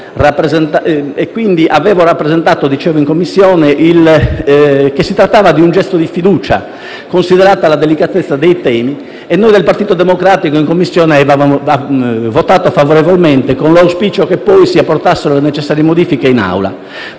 esame, avevo rappresentato il fatto che il nostro era un gesto di fiducia, considerata la delicatezza dei temi. E così noi del Partito Democratico in Commissione avevamo votato favorevolmente, con l'auspicio che poi si apportassero le necessarie modifiche in Aula.